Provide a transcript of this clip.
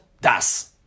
DAS